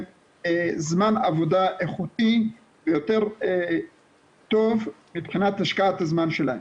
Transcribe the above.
זמן עבודה איכותי ויותר טוב מבחינת השקעת הזמן שלהם.